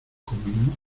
conmigo